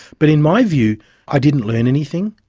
but in my view i didn't learn anything.